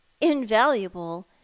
invaluable